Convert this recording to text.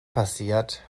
passiert